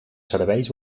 serveis